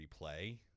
replay